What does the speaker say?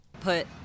Put